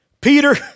Peter